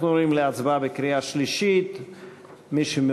אנחנו עוברים להצבעה בקריאה שלישית.